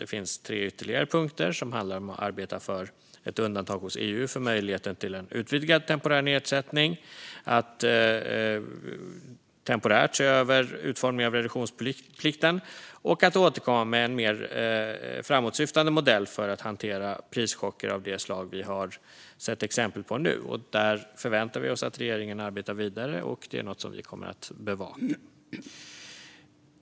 Det finns ytterligare tre punkter som handlar om att arbeta för ett undantag hos EU som ger möjlighet till en utvidgad temporär nedsättning, att temporärt se över utformningen av reduktionsplikten och att återkomma med en mer framåtsyftande modell för att hantera prischocker av det slag vi har sett exempel på nu. Där förväntar vi oss att regeringen arbetar vidare, och det är något som vi kommer att bevaka.